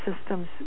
systems